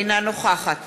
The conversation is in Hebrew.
אינה נוכחת